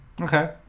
okay